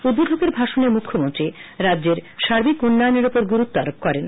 উদ্বোধকের ভাষণে মুখ্যমন্ত্রী রাজ্যের সার্বিক উন্নয়নের ওপর গুরুত্ব আরোপ করেন